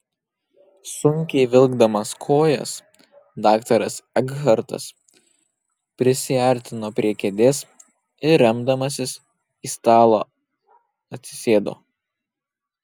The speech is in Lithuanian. sunkiai vilkdamas kojas daktaras ekhartas prisiartino prie kėdės ir remdamasis į stalą atsisėdo